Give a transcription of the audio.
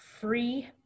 Free